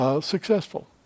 Successful